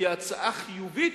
זו הצעה חיובית,